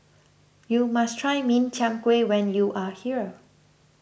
you must try Min Chiang Kueh when you are here